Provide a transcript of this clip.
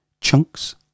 Chunks